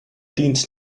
dient